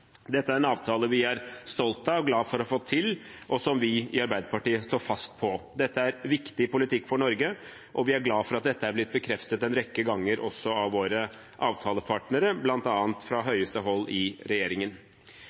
Dette er en avtale vi er stolt av og glad for å få til, og som vi i Arbeiderpartiet står fast på. Dette er viktig politikk for Norge, og vi er glad for at dette er blitt bekreftet en rekke ganger også av våre avtalepartnere, bl.a. fra høyeste hold i regjeringen.